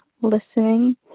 listening